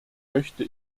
möchte